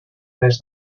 res